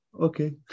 Okay